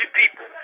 people